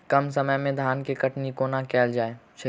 कम समय मे धान केँ कटनी कोना कैल जाय छै?